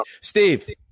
Steve